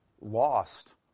lost